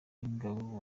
b’ingabo